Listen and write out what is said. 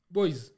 Boys